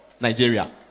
Nigeria